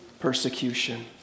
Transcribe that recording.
persecution